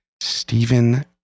Stephen